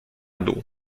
dół